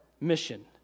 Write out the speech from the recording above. mission